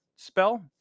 spell